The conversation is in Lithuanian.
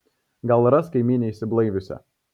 gal ras kaimynę išsiblaiviusią